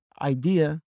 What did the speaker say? idea